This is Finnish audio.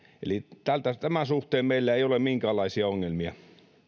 eli tämän suhteen meillä ei ole minkäänlaisia ongelmia